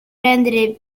rendere